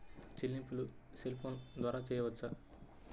చెల్లింపులు cell phone ద్వారా చేయవచ్చా?